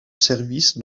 service